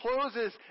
closes